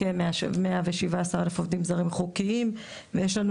כ-117,000 עובדים זרים חוקיים ויש לנו